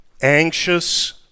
anxious